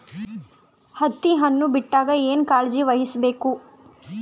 ಹತ್ತಿ ಹಣ್ಣು ಬಿಟ್ಟಾಗ ಏನ ಕಾಳಜಿ ವಹಿಸ ಬೇಕು?